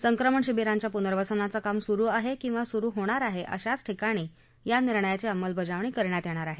संक्रमण शिबिरांच्या पुनर्वसनाचं काम सुरू आहे किवा सुरु होणार आहे अशाच ठिकाणी या निर्णयाची अंमलबजावणी करण्यात येणार आहे